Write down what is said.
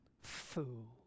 fool